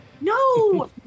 No